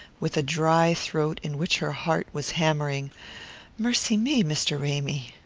with a dry throat in which her heart was hammering mercy me, mr. ramy!